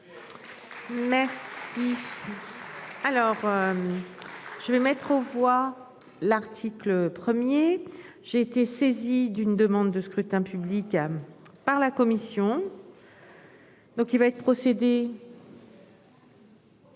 Merci. Si. Alors. Je vais mettre aux voix l'article. J'ai été saisi d'une demande de scrutin public. Par la commission. Donc il va être procédé.